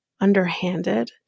underhanded